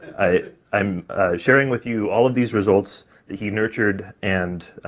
i am sharing with you all of these results that he nurtured and,